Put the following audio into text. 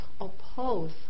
oppose